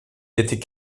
était